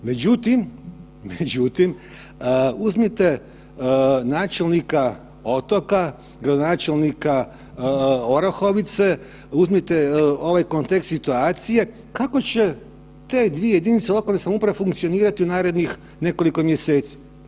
Međutim, međutim, uzmite načelnika Otoka, gradonačelnika Orahovice, uzmite ovaj kontekst situacije, kako će te dvije jedinice lokalne samouprave funkcionirati u narednih nekoliko mjeseci?